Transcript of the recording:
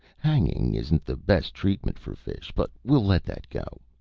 hanging isn't the best treatment for fish, but we'll let that go.